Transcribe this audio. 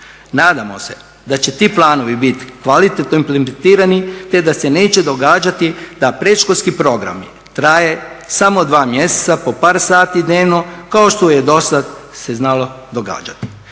Nadamo se da će ti planovi biti kvalitetno implementirani, te da se neće događati da predškolski programi traje samo dva mjeseca po par sati dnevno kao što je do sad se znalo događati.